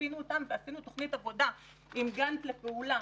מיפינו אותם ועשינו תוכנית עבודה עם גאנט לפעולה.